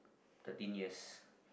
thirteen years